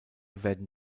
werden